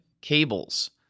Cables